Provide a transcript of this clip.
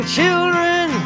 children